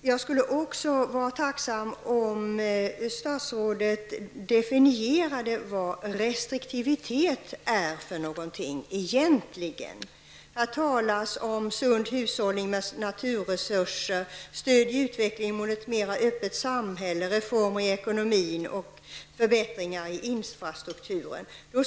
Jag skulle också vara tacksam om statsrådet ville definiera vad restriktivitet egentligen är. Det talas här om sund hushållning med naturresurser, stöd i utvecklingen mot ett mera öppet samhälle, reformer i ekonomin och förbättringar i infrastrukturen. Vad